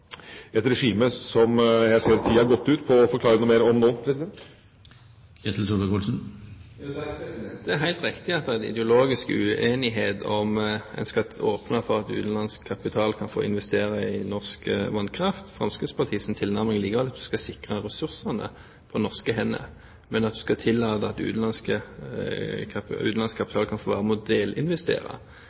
et regime – jeg ser tida har gått ut, og kan ikke forklare noe mer om det nå. Det er helt riktig at det er en ideologisk uenighet om man skal åpne for at utenlandsk kapital kan få investere i norsk vannkraft. Fremskrittspartiets tilnærming er at vi skal sikre ressursene på norske hender, men at vi skal tillate at utenlandsk kapital kan få være